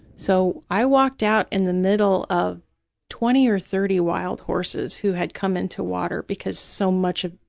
so, i walked out in the middle of twenty or thirty wild horses who had come in to water because so much of,